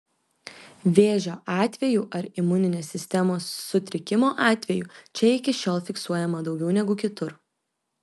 vėžio atvejų ar imuninės sistemos sutrikimo atvejų čia iki šiol fiksuojama daugiau negu kitur